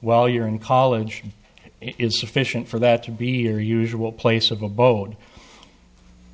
while you're in college is sufficient for that to be here usual place of abode